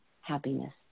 happiness